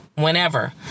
whenever